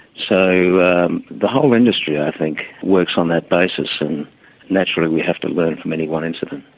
so the whole industry, i think, works on that basis, and naturally we have to learn from any one incident.